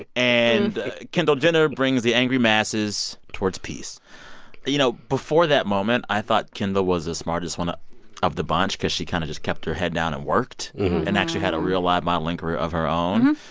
ah and kendall jenner brings the angry masses towards peace you know, before that moment, i thought kendall was the smartest one ah of the bunch because she kind of just kept her head down and worked and actually had a real-life modeling career of her own.